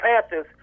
panthers